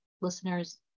listeners